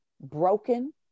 broken